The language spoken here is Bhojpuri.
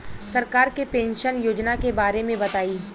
सरकार के पेंशन योजना के बारे में बताईं?